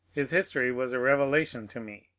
his history was a revelation to me.